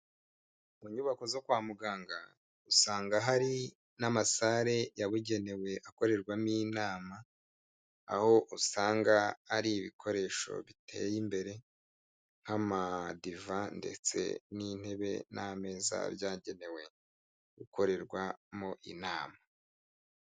Mu nyubako zo kwa muganga, usanga hari n'amasale yabugenewe akorerwa n'inama, aho usanga hari ibikoresho biteye imbere, nk'amadiva ndetse n'intebe n'ameza byagenewe gukorerwamo inama.